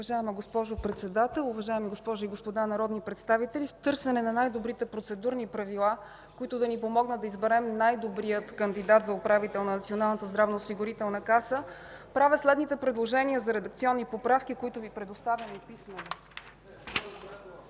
Уважаема госпожо Председател, уважаеми госпожи и господа народни представители! В търсене на най-добрите Процедурни правила, които да ни помогнат да изберем най-добрия кандидат за управител на Националната здравноосигурителна каса, правя следните предложения за редакционни поправки, които Ви предоставям и писмено: